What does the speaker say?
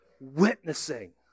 witnessing